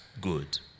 good